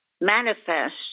manifest